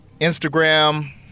Instagram